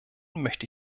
möchte